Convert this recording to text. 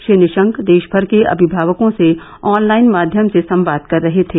श्री निशंक देशभर के अभिभावकों से ऑनलाइन माध्यम से संवाद कर रहे थे